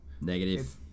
negative